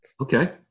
Okay